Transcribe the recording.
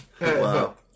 Wow